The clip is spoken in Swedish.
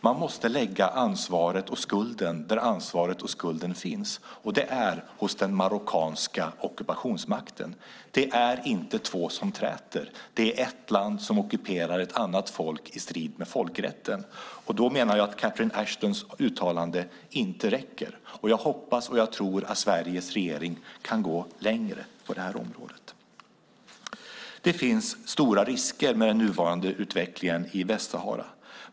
Man måste lägga ansvaret och skulden där ansvaret och skulden finns. Det är hos den marockanska ockupationsmakten. Det är inte två som träter. Det är ett land som ockuperar ett folk i strid med folkrätten. Därför menar jag att Catherine Ashtons uttalande inte räcker. Jag hoppas och tror att Sveriges regering kan gå längre på det här området. Det finns stora risker med den nuvarande utvecklingen i Västsahara.